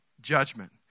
judgment